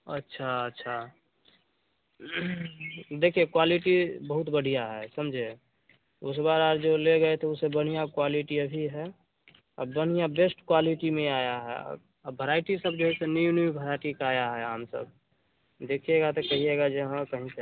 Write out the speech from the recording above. अच्छा अच्छा देखिए क्वालिटी बहुत बढ़िया है समझे उस बार जो ले गए थे उससे बढ़िया क्वालिटी अभी है अभी बढ़िया बेस्ट क्वालिटी में आया है अब वैरायटी सब न्यू न्यू वैरायटी का आया है देखिएगा तो कहिएगा हाँ कहीं से आया है